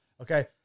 Okay